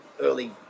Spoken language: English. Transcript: early